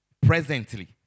presently